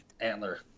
antler